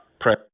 press